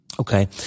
okay